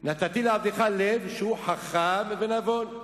נתתי לעבדך לב שהוא חכם ונבון,